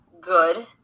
good